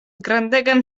grandegan